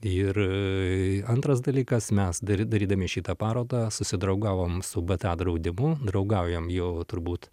ir antras dalykas mes dar darydami šitą parodą susidraugavom su bta draudimu draugaujam jau turbūt